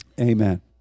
Amen